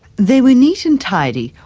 they were neat and tidy,